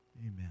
Amen